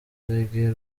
reggae